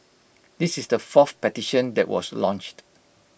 this is the fourth petition that was launched